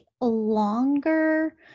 longer